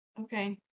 Okay